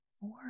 four